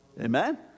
Amen